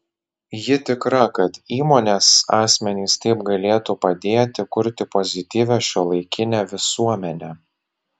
ji tikra kad įmonės asmenys taip galėtų padėti kurti pozityvią šiuolaikinę visuomenę